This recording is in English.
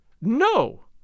No